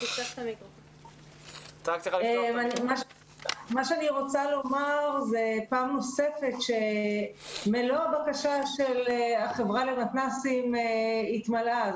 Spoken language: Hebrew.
אני רוצה לומר פעם נוספת שמלוא הבקשה של החברה למתנ"סים התמלאה.